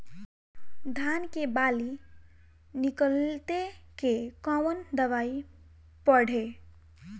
धान के बाली निकलते के कवन दवाई पढ़े?